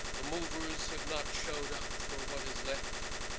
the movers have not showed up for what is left.